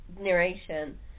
narration